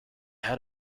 had